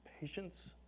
patience